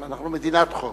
אנחנו מדינת חוק.